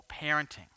parenting